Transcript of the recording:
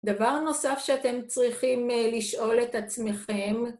דבר נוסף שאתם צריכים לשאול את עצמכם,